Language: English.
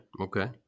okay